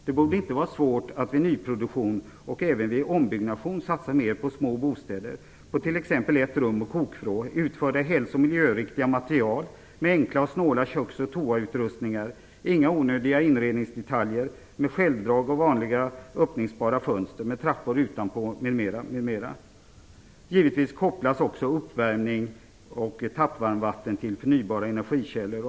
Det borde inte vara svårt att vid nyproduktion och även vid ombyggnation satsa mera på små bostäder - t.ex. ett rum med kokvrå, utförda i hälso och miljöriktiga material, med enkla och snåla köks och toalettutrustningar, inga onödiga inredningsdetaljer, med självdrag och vanliga öppningsbara fönster, med trappor utanpå m.m. Givetvis skall uppvärmning och tappvarmvatten kopplas till förnyelsebara energikällor.